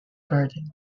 garden